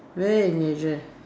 very dangerous